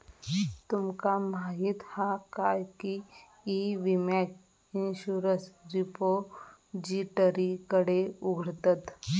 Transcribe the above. तुमका माहीत हा काय की ई विम्याक इंश्युरंस रिपोजिटरीकडे उघडतत